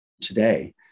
today